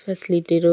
फ्यासिलिटीहरू